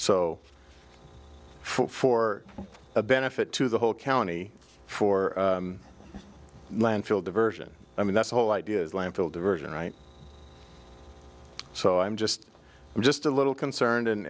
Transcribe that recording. so for a benefit to the whole county for landfill diversion i mean that's the whole idea is landfill diversion right so i'm just i'm just a little concerned and